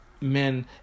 men